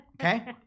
Okay